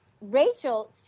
Rachel